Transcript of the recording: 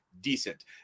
decent